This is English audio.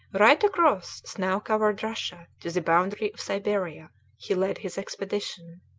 right across snow-covered russia to the boundary of siberia he led his expedition.